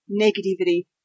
negativity